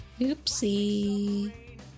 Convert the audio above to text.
Oopsie